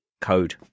Code